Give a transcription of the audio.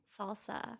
Salsa